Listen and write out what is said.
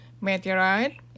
meteorite